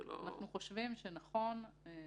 אנחנו חושבים שנכון להחמיר.